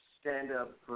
stand-up